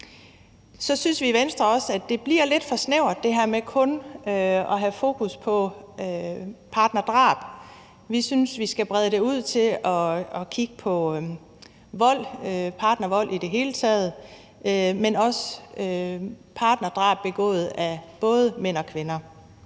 Så synes vi i Venstre også, at det her med kun at have fokus på partnerdrab bliver lidt for snævert. Vi synes, at vi skal brede det ud til at kigge på partnervold i det hele taget, men også partnerdrab begået af både mænd og kvinder.